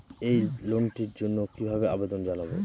এই লোনটির জন্য কিভাবে আবেদন জানাবো?